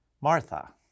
Martha